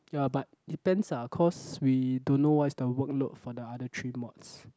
ya but depends ah cause we don't know what's the workload for the other three mods